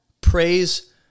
praise